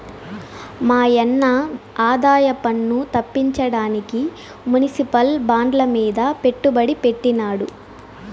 మాయన్న ఆదాయపన్ను తప్పించడానికి మునిసిపల్ బాండ్లమీద పెట్టుబడి పెట్టినాడు